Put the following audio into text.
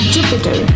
Jupiter